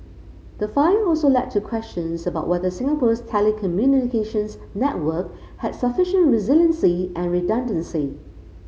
the fire also led to questions about whether Singapore's telecommunications network had sufficient resiliency and redundancy